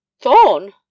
thorn